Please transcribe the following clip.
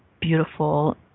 beautiful